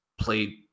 played